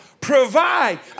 provide